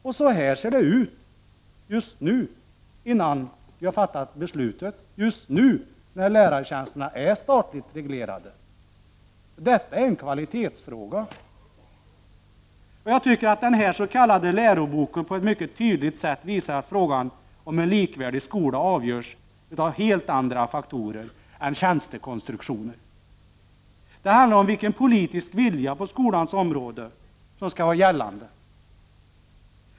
Men så här ser det ut just nu, innan vi har fattat beslutet — just nu, när lärartjänsterna är statligt reglerade. Detta är en kvalitetsfråga. Jag menar att denna s.k. lärobok på ett mycket tydligt sätt visar att frågan om en likvärdig skola avgörs av helt andra faktorer en tjänstekonstruktioner. Det handlar om vilken politisk vilja som skall vara gällande på skolans område.